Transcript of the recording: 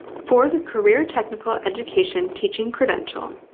for the career technical education teaching credential,